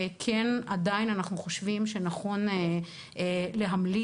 אנחנו כן עדיין חושבים שנכון להמליץ